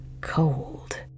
cold